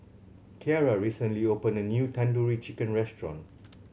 Kierra recently opened a new Tandoori Chicken Restaurant